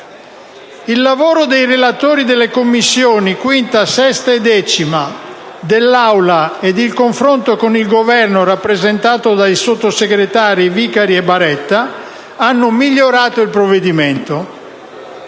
Il lavoro dei relatori delle Commissioni 5a, 6a e 10a, il lavoro dell'Assemblea ed il confronto con il Governo, rappresentato dai sottosegretari Vicari e Baretta, hanno migliorato il provvedimento.